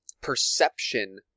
perception